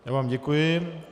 Já vám děkuji.